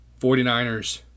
49ers